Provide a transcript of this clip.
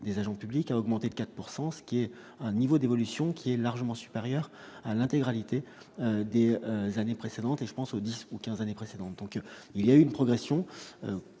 des agents publics a augmenté de 4 pourcent ce qui est un niveau d'évolution qui est largement supérieure à l'intégralité des années précédentes et je pense aux 10 ou 15 années précédentes, donc il y a une progression